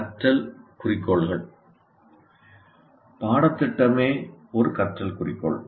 கற்றல் குறிக்கோள்கள் பாடத்திட்டமே ஒரு கற்றல் குறிக்கோள்